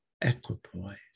equipoise